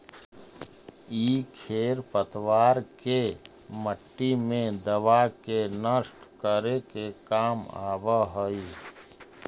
इ खेर पतवार के मट्टी मे दबा के नष्ट करे के काम आवऽ हई